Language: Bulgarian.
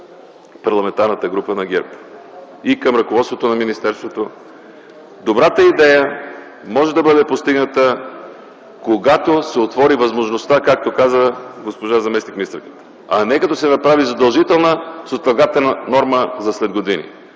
Парламентарната група на ГЕРБ и към ръководството на министерството. Добрата идея може да се постигне тогава, когато се отвори възможността – както каза заместник-министърът, а не като се направи задължителна с отлагателна норма за след години.